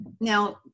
Now